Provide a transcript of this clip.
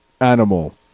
animal